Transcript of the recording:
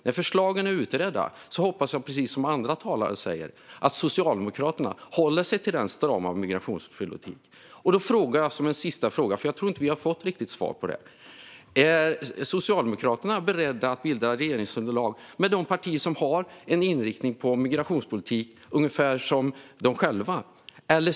När förslagen är utredda hoppas jag, precis som andra talare, att Socialdemokraterna håller sig till denna strama migrationspolitik. Jag vill ställa en sista fråga, för jag tror inte att vi riktigt har fått svar på detta. Är Socialdemokraterna beredda att utgöra regeringsunderlag tillsammans med de partier som har en inriktning för migrationspolitiken som är ungefär som deras egen?